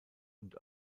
und